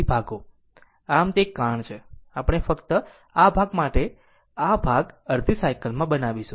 આમ તે એક કારણ છે આપણે ફક્ત આ ભાગ માટે આ ભાગ અડધી સાયકલ માં બનાવીશું